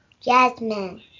Jasmine